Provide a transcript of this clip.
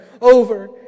over